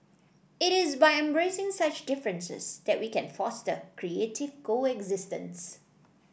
it is by embracing such differences that we can foster creative coexistence